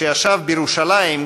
שישב בירושלים,